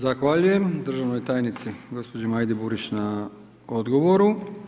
Zahvaljujem državnoj tajnici gospođi Majdi Burić na odgovoru.